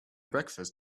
breakfast